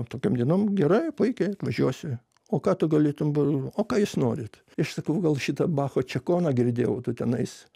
tokiom dienom gerai puikiai atvažiuosiu o ką tu galėtum o ką jūs norit aš sakau gal šitą bacho čiakoną girdėjau tu tenais